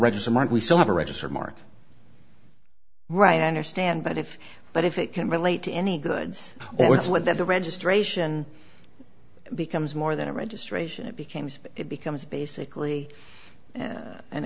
mark we still have a register mark right i understand but if but if it can relate to any goods it's what the registration becomes more than a registration it became it becomes basically an